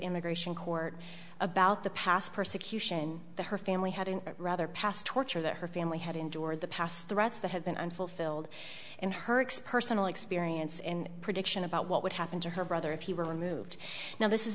immigration court about the past persecution her family had in a rather pass torture that her family had endured the past threats that had been unfulfilled in her ex personal experience in prediction about what would happen to her brother if he were removed now this is